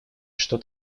что